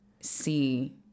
see